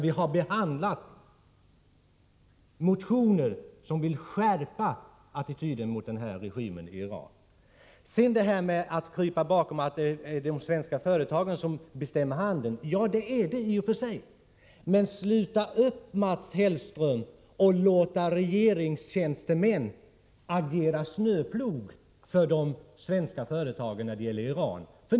Vi har ju behandlat motioner som vill skärpa den svenska attityden mot regimen i Iran. Mats Hellström kryper bakom påståendet att det är de svenska företagen som bestämmer handeln. Ja, det är det i och för sig. Men sluta upp, Mats Hellström, med att låta regeringstjänstemän agera snöplog för de svenska företagen i Iran.